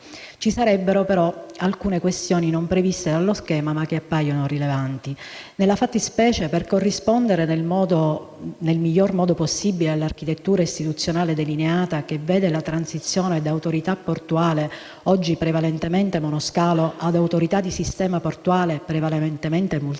Ci sarebbero, però, alcune questioni non previste nello schema ma che appaiono rilevanti. Nella fattispecie, per corrispondere nel miglior modo possibile all'architettura istituzionale delineata che vede la transizione da autorità portuale oggi prevalentemente mono scalo ad autorità di sistema portuale prevalentemente multi scalo,